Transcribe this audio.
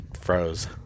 froze